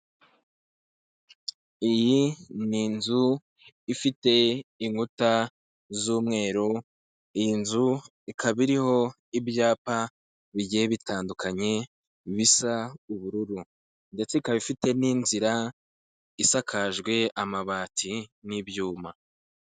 Iyi ni inzu ifite inkuta z'umweru, iyi nzu ikaba iriho ibyapa bigiye bitandukanye, bisa ubururu ndetse ikaba ifite n'inzira isakajwe amabati n'ibyuma.